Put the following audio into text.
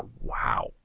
wow